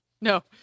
No